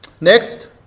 Next